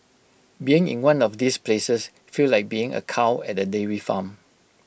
being in one of these places feels like being A cow at A dairy farm